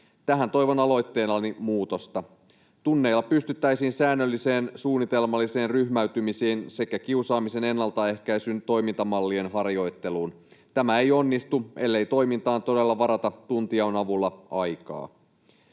Tähän toivon aloitteellani muutosta. Tunneilla pystyttäisiin säännölliseen, suunnitelmalliseen ryhmäytymiseen sekä kiusaamisen ennaltaehkäisyn toimintamallien harjoitteluun. Tämä ei onnistu, ellei toimintaan todella varata tuntijaon avulla aikaa.